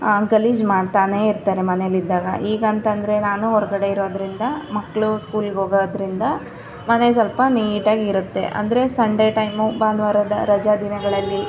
ಗಲೀಜು ಮಾಡ್ತಾನೆ ಇರ್ತಾರೆ ಮನೆಯಲ್ಲಿ ಇದ್ದಾಗ ಈಗ ಅಂತ ಅಂದ್ರೆ ನಾನು ಹೊರಗಡೆ ಇರೋದರಿಂದ ಮಕ್ಕಳು ಸ್ಕೂಲ್ಗೆ ಹೋಗೋದರಿಂದ ಮನೆ ಸ್ವಲ್ಪ ನೀಟಾಗಿ ಇರುತ್ತೆ ಅಂದರೆ ಸಂಡೆ ಟೈಮು ಭಾನುವಾರದ ರಜಾ ದಿನಗಳಲ್ಲಿ